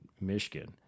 Michigan